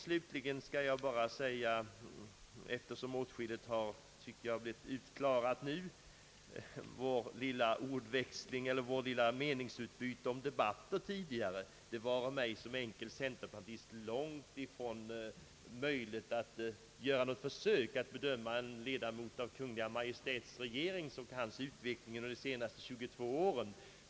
Slutligen skulle jag vilja säga, eftersom åtskilligt har blivit utklarat nu efter vårt lilla meningsutbyte tidigare, att det för mig såsom enkel centerpartist vare helt fjärran att göra något försök att bedöma en ledamot av Kungl. Maj:ts regering och hans utveckling under de senaste 22 åren!